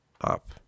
up